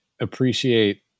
appreciate